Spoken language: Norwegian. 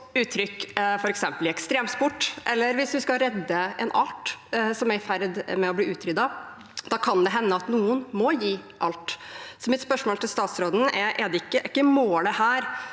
eksempel i ekstremsport eller hvis vi skal redde en art som er i ferd med å bli utryddet, kan det hende at noen må gi alt. Mitt spørsmål til statsråden er: Er ikke målet her